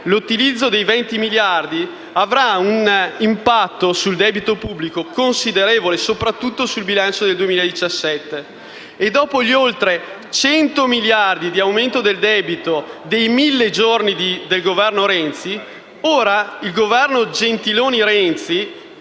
L'utilizzo dei 20 miliardi avrà un considerevole impatto sul debito pubblico, soprattutto sul bilancio del 2017. E dopo gli oltre 100 miliardi di aumento del debito nei mille giorni del Governo Renzi, ora il Governo Gentiloni-Renzi